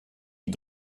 die